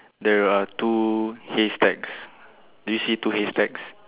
there are two haystacks do you see two haystacks